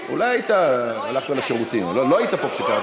מי שלא יהיה פה, התור שלו יעבור.